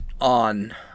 on